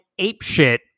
apeshit